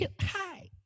hi